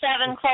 seven